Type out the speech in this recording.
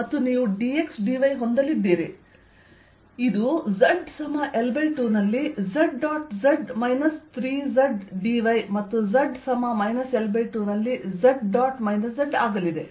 ಮತ್ತು ಇದು z L2 ನಲ್ಲಿ z dot z minus 3z dy ಮತ್ತು z L2 ನಲ್ಲಿ z ಡಾಟ್ zಆಗಲಿದೆ